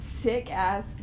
sick-ass